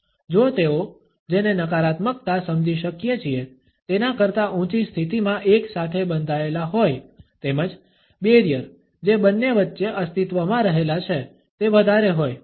જો તેઓ જેને નકારાત્મકતા સમજી શકીએ છીએ તેના કરતા ઊંચી સ્થિતિમાં એકસાથે બંધાયેલા હોય તેમજ બેરિયર જે બંને વચ્ચે અસ્તિત્વમાં રહેલા છે તે વધારે હોય